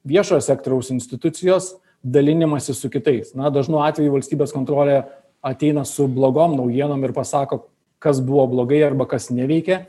viešojo sektoriaus institucijos dalinimasis su kitais na dažnu atveju valstybės kontrolė ateina su blogom naujienom ir pasako kas buvo blogai arba kas neveikia